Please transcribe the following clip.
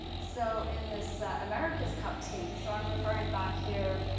so in this america's cup teams, so i'm referring back here,